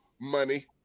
money